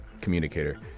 communicator